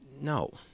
No